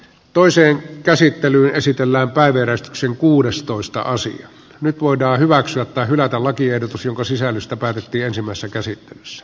toiseen käsittelyyn esitellään päivölän symkuudestoistaasi ja nyt voidaan hyväksyä tai hylätä lakiehdotus jonka sisällöstä päätettiin ensimmäisessä käsittelyssä